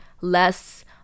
less